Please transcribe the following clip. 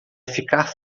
ficar